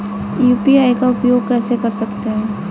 UPI का उपयोग कैसे कर सकते हैं?